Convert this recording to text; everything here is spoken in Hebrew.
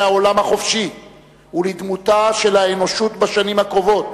העולם החופשי ולדמותה של האנושות בשנים הקרובות,